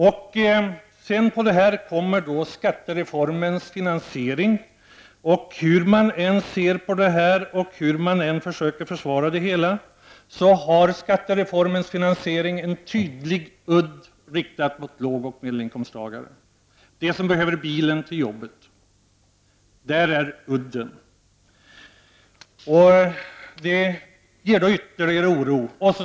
Ovanpå detta kommer skattereformens finansiering. Hur man än ser på detta och hur man än försöker försvara det hela har skattereformens finansiering en tydlig udd riktad mot lågoch medelinkomssttagare. De som behöver bilen till jobbet, där är udden. Det inger ytterligare oro.